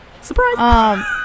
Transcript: surprise